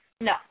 No